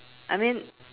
I mean